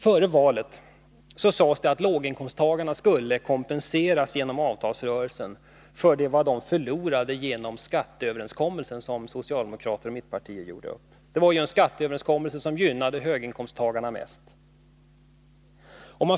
Före valet sades det att 27 låginkomsttagarna skulle kompenseras genom avtalsrörelsen för det de förlorade genom den skatteöverenskommelse som socialdemokrater och mittenpartier gjorde. Det var en skatteöverenskommelse som gynnade höginkomsttagarna mest.